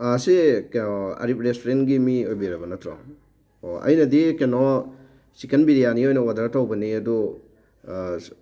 ꯁꯤ ꯀꯩ ꯑꯔꯤꯞ ꯔꯦꯁꯇꯨꯔꯦꯟꯒꯤ ꯃꯤ ꯑꯣꯏꯕꯤꯔꯕ ꯅꯠꯇ꯭ꯔꯣ ꯑꯣ ꯑꯩꯅꯗꯤ ꯀꯩꯅꯣ ꯆꯤꯛꯀꯟ ꯕꯤꯔꯌꯥꯅꯤ ꯑꯣꯏꯅ ꯑꯣꯔꯗꯔ ꯇꯧꯕꯅꯦ ꯑꯗꯣ